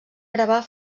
gravar